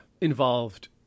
involved